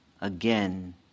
again